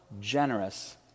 generous